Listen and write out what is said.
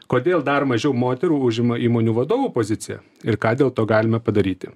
kodėl dar mažiau moterų užima įmonių vadovų poziciją ir ką dėl to galime padaryti